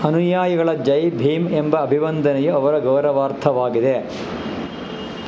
ಅನುಯಾಯಿಗಳ ಜೈ ಭೀಮ್ ಎಂಬ ಅಭಿವಂದನೆಯು ಅವರ ಗೌರವಾರ್ಥವಾಗಿದೆ